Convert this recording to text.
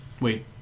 Wait